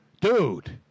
Dude